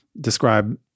describe